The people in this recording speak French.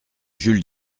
jules